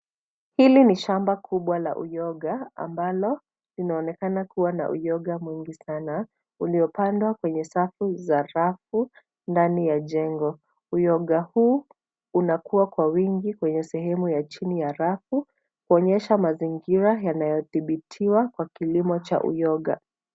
Hili ni shamba kubwa la uyoga ambalo linaonekana kuwa na uyoga mwingi sana uliopandwa kwenye safu za rafu ndani ya jengo. Uyoga huu unakuwa kwa wingi kwenye sehemu ya chini ya rafu kuonyesha mazingira yanayothibitiwa kwa kilimo cha uyoga.